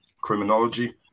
criminology